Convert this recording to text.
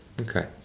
Okay